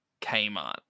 Kmart